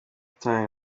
time